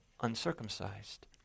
uncircumcised